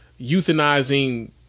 euthanizing